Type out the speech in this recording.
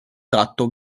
tratto